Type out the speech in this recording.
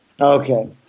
Okay